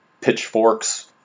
pitchforks